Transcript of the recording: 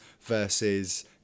versus